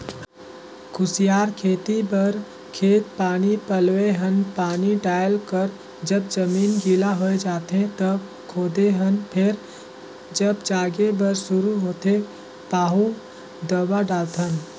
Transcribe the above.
कुसियार खेती बर खेत पानी पलोए हन पानी डायल कर जब जमीन गिला होए जाथें त खोदे हन फेर जब जागे बर शुरू होथे पाहु दवा डालथन